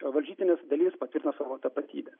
varžytinėse dalyvis patvirtina savo tapatybę